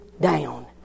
down